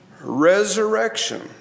resurrection